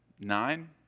nine